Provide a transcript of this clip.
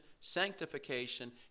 sanctification